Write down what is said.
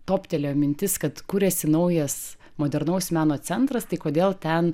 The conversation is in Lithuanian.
toptelėjo mintis kad kuriasi naujas modernaus meno centras tai kodėl ten